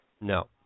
No